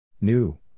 New